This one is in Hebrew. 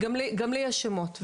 גם לי יש שמות ודוגמאות.